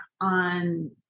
on